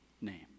name